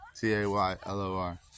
T-A-Y-L-O-R